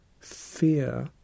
fear